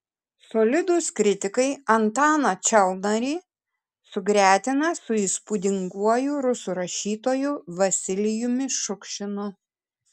solidūs kritikai antaną čalnarį sugretina su įspūdinguoju rusų rašytoju vasilijumi šukšinu